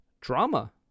Drama